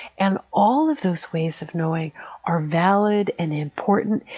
and all of those ways of knowing are valid and important.